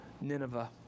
Nineveh